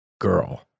girl